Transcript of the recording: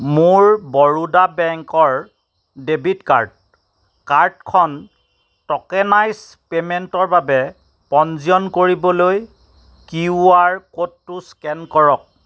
মোৰ বৰোদা বেংকৰ debit card কাৰ্ডখন ট'কেনাইজ্ড পে'মেণ্টৰ বাবে পঞ্জীয়ন কৰিবলৈ কিউ আৰ ক'ডটো স্কেন কৰক